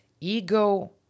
ego